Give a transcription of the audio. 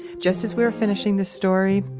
just as we were finishing this story,